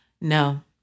No